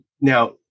Now